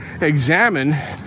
Examine